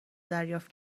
دریافت